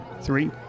Three